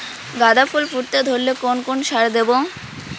গাদা ফুল ফুটতে ধরলে কোন কোন সার দেব?